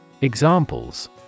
Examples